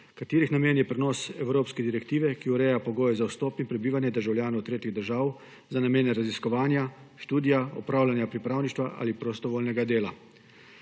katerih namen je prenos Evropske direktive, ki ureja pogoje za vstop in prebivanje državljanov tretjih držav za namene raziskovanja, študija, opravljanja pripravništva ali prostovoljnega dela.